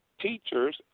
teachers